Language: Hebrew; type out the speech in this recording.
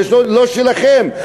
זה לא שלכם.